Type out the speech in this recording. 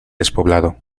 despoblado